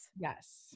Yes